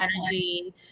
energy